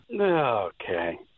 Okay